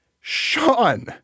Sean